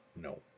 No